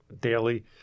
daily